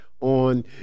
on